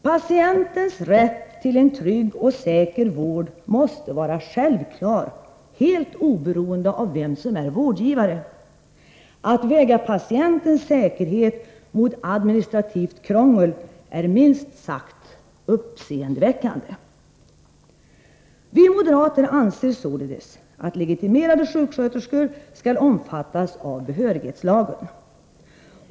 Patientens rätt till en trygg och säker vård måste vara självklar, helt oberoende av vem som är vårdgivare. Att väga patientens säkerhet mot administrativt krångel är minst sagt uppseendeväckande. Vi moderater anser således att legitimerade sjuksköterskor skall omfattas av behörighetslagen.